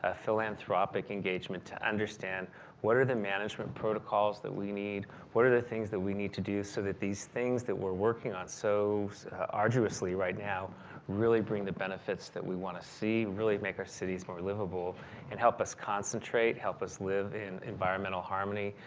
ah philanthropic engagement to understand what are the management protocols that we need what are the things that we need to do so that these things that we're working on so arduously right now really bring the benefits that we wanna see, really make our cities more livable and help us concentrate, help us live in environmental harmony.